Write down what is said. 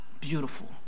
beautiful